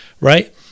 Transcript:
right